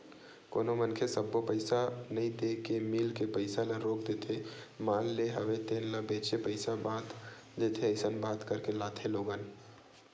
कोनो मनखे सब्बो पइसा नइ देय के मील के पइसा ल रोक देथे माल लेय हवे तेन ल बेंचे पइसा ल बाद देथे अइसन बात करके लाथे लोगन